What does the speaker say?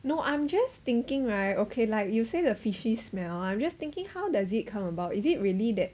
no I'm just thinking right okay like you say the fishy smell I'm just thinking how does it come about is it really that